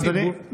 אדוני,